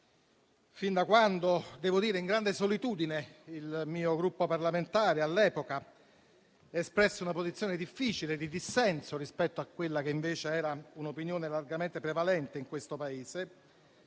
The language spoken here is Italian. fin da quando - devo dire in grande solitudine - il mio Gruppo parlamentare all'epoca espresse una posizione difficile di dissenso rispetto a quella che invece era un'opinione largamente prevalente in questo Paese.